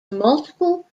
multiple